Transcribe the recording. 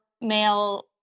male